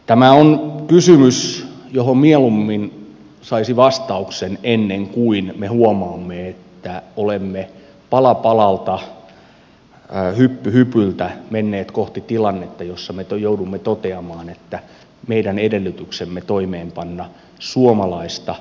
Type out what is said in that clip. tämä on kysymys johon mieluummin saisi vastauksen ennen kuin me huomaamme että olemme pala palalta hyppy hypyltä menneet kohti tilannetta jossa me joudumme toteamaan että meidän edellytyksemme toimeenpanna suomalaista ja huom